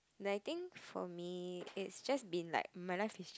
I think for me is just being like my life is